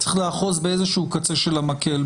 צריך לאחוז באיזשהו קצה של המקל.